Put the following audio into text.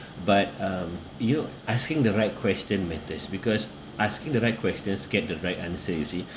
but um uh you asking the right question matters because asking the right questions get the right answer you see